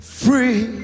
free